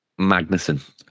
Magnussen